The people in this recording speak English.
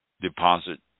deposit